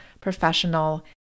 professional